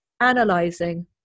analyzing